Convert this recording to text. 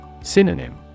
Synonym